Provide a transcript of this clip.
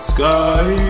Sky